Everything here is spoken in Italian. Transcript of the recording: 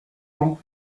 con